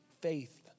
faith